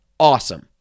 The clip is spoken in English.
Awesome